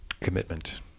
Commitment